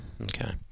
Okay